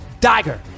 dagger